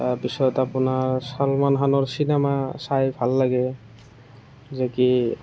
তাৰপিছত আপোনাৰ চলমান খানৰ চিনেমা চাই ভাল লাগে যে কি